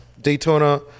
Daytona